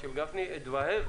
אנחנו ניאבק,